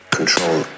Control